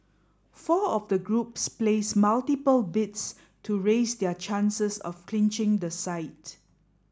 four of the groups placed multiple bids to raise their chances of clinching the site